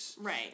Right